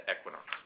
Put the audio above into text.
Equinox